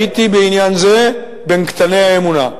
שהייתי בעניין זה בין קטני האמונה,